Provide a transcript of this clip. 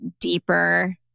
deeper